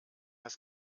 das